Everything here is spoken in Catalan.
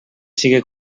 sigui